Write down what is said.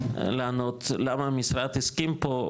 למה המשרד הסכים פה,